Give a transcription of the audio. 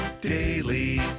Daily